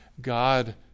God